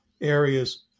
areas